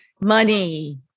money